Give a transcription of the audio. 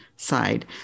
side